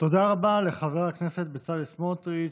תודה רבה לחבר הכנסת בצלאל סמוטריץ'.